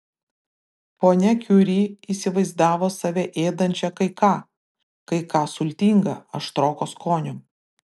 ponia kiuri įsivaizdavo save ėdančią kai ką kai ką sultinga aštroko skonio